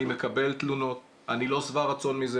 אני מקבל תלונות, אני לא שבע רצון מזה.